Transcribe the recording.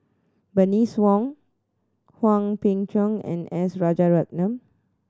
Bernice Wong Hwang Peng Yuan and S Rajaratnam